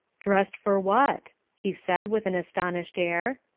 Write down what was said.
dressed for what? he said with an astonished air.